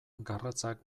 garratzak